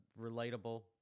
relatable